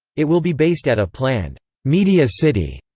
it will be based at a planned media city.